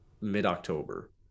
mid-October